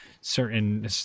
certain